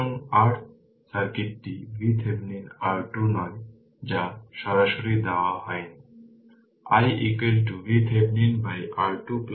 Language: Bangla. সুতরাং R সার্কিটটি VThevenin R2 নয় যা সরাসরি দেওয়া হয়নি i VThevenin by R210